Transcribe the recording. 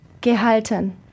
Gehalten